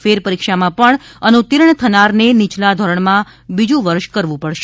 ફેરપરીક્ષામાં પણ અનુતિર્ણ થનારને નીયલા ધોરણમાં બીજુ વર્ષ કરવું પડશે